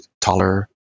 taller